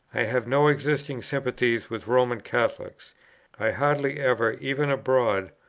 i have no existing sympathies with roman catholics i hardly ever, even abroad,